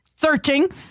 searching